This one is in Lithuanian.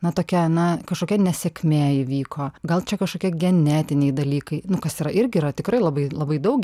na tokia na kažkokia nesėkmė įvyko gal čia kažkokie genetiniai dalykai nu kas yra irgi yra tikrai labai labai daug